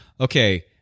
okay